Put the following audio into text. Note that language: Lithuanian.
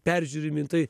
peržiūrimi tai